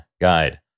guide